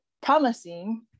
promising